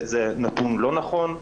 זה נתון לא נכון.